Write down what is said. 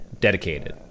dedicated